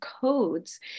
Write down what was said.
codes